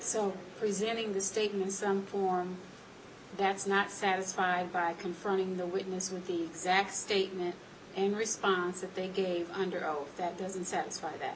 so presuming the statements form that's not satisfied by confronting the witness with the exact statement in response that they gave under oath that doesn't satisfy that